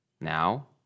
Now